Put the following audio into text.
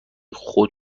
خود